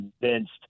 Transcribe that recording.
convinced